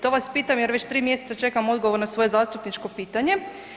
To vas pitam jer već 3 mjeseca čekam odgovor na svoje zastupničko pitanje.